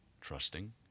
trusting